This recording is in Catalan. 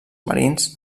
marins